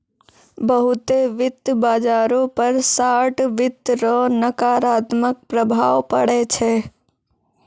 बहुते वित्त बाजारो पर शार्ट वित्त रो नकारात्मक प्रभाव पड़ै छै